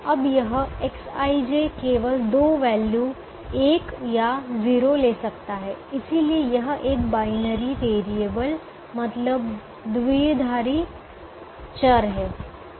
अब यह Xij केवल दो वैल्यू 1 या 0 ले सकता है इसलिए यह एक बायनरी वेरिएबल मतलब द्विआधारी चर है